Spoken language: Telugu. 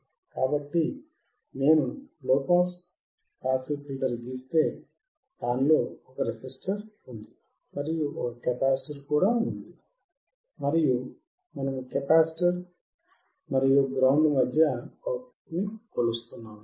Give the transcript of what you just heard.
కాబట్టి నేను లోపాస్ పాసివ్ ఫిల్టర్ గీస్తే దానికి రెసిస్టర్ ఉంది మరియు ఒక కెపాసిటర్ ఉంది మరియు మనము కెపాసిటర్ మరియు గ్రౌండ్ మధ్య అవుట్పుట్ను కొలుస్తున్నాము